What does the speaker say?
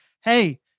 hey